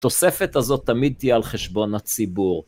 תוספת הזאת תמיד תהיה על חשבון הציבור.